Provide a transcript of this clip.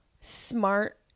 smart